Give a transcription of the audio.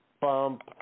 bump